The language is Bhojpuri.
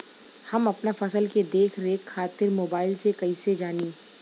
हम अपना फसल के देख रेख खातिर मोबाइल से कइसे जानी?